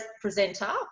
presenter